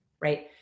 right